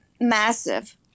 massive